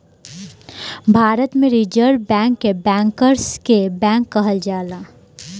भारत में reserve bank के bankers के बैंक कहल जाला